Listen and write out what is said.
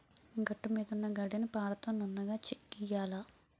గట్టుమీదున్న గడ్డిని పారతో నున్నగా చెక్కియ్యాల